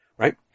Right